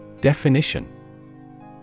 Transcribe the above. Definition